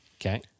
Okay